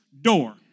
door